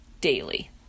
daily